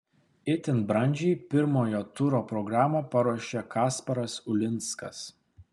itin brandžiai pirmojo turo programą paruošė kasparas uinskas